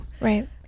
right